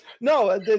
No